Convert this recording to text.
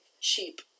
cheap